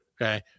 Okay